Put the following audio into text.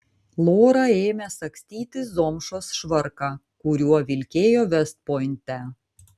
lora ėmė sagstytis zomšos švarką kuriuo vilkėjo vest pointe